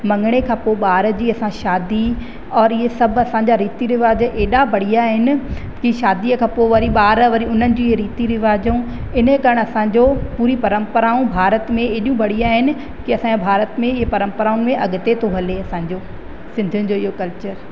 मंङणे खां पोइ ॿार जी असां शादी और इहे सभु असांजा रीति रिवाज एॾा बढ़िया आहिनि की शादीअ खां पोइ वरी ॿार वरी उन्हनि जी रीति रिवाज ऐं इन करण सां असांजो पूरी परंपराऊं भारत में एॾियूं बढ़िया आहिनि की असांजे भारत में इहे परंपराऊं बि अॻिते हली असांजो सिंधियुनि जो इहे कल्चर